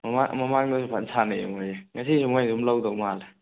ꯃꯃꯥꯡ ꯃꯃꯥꯡꯗꯖꯨ ꯐꯖꯅ ꯁꯥꯅꯩꯕ ꯃꯣꯏꯖꯦ ꯉꯁꯤꯖꯨ ꯃꯣꯏ ꯑꯗꯨꯝ ꯂꯧꯗꯧ ꯃꯥꯜꯂꯦ